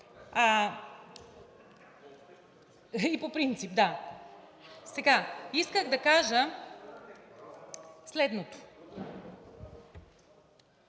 И по принцип, да. Исках да кажа следното: